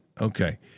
Okay